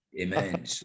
Amen